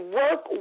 work